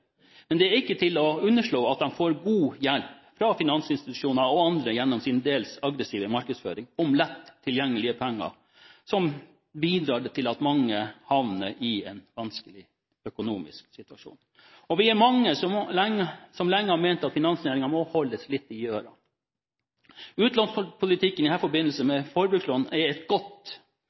ikke til å underslå at man får god hjelp fra finansinstitusjoner og andre gjennom deres til dels aggressive markedsføring av lett tilgjengelige penger som bidrar til at mange havner i en vanskelig økonomisk situasjon. Vi er mange som lenge har ment at finansnæringen må holdes litt i ørene. Utlånspolitikken i forbindelse med forbrukslån er et